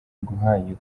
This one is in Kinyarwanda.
iguhaye